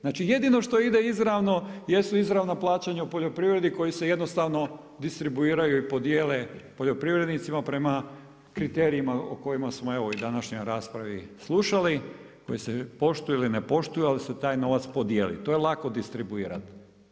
Znači jedino što ide izravno jesu izravna plaćanja u poljoprivredi koji se jednostavno distribuiraju i podijele poljoprivrednicima prema kriterijima o kojima smo evo i u današnjoj raspravi slušali koji se poštuju ili ne poštuju ili ne poštuju ali se taj novac podijeli, to je lako distribuirati.